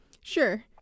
Sure